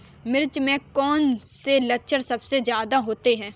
मिर्च में कौन से लक्षण सबसे ज्यादा होते हैं?